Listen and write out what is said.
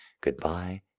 Goodbye